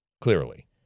Clearly